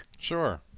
Sure